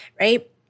right